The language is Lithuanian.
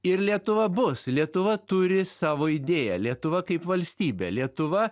ir lietuva bus lietuva turi savo idėją lietuva kaip valstybė lietuva